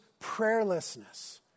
prayerlessness